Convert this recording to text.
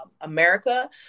america